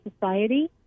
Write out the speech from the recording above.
society